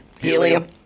Helium